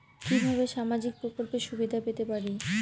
কিভাবে সামাজিক প্রকল্পের সুবিধা পেতে পারি?